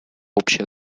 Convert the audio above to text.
общая